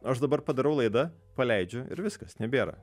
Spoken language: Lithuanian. aš dabar padarau laidą paleidžiu ir viskas nebėra